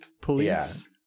police